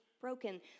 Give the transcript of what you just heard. broken